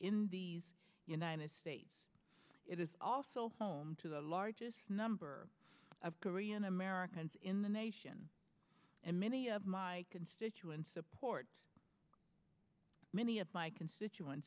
in the united states it is also home to the largest number of korean americans in the nation and many of my constituents support many of my constituents